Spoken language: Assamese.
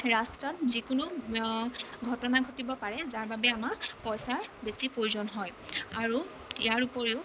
ৰাস্তাত যিকোনো ঘটনা ঘটিব পাৰে যাৰবাবে আমাৰ পইচাৰ বেছি প্ৰয়োজন হয় আৰু ইয়াৰ উপৰিও